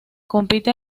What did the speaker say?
compite